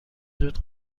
زود